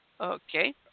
Okay